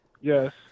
Yes